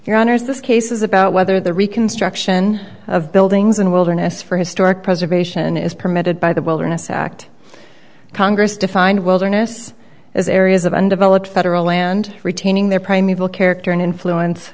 your honour's this case is about whether the reconstruction of buildings and wilderness for historic preservation is permitted by the wilderness act congress defined wilderness as areas of undeveloped federal land retaining their primeval character and influence